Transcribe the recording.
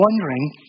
wondering